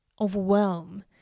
overwhelm